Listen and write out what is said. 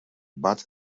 bad